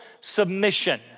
submission